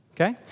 okay